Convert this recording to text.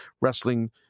wrestling